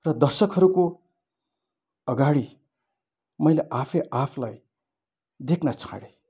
र दर्शकहरूको अगाडि मैले आफै आफलाई देख्न छाडेँ